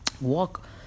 walk